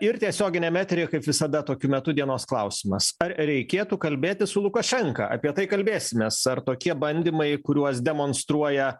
ir tiesioginiame etery kaip visada tokiu metu dienos klausimas ar reikėtų kalbėti su lukašenka apie tai kalbėsimės ar tokie bandymai kuriuos demonstruoja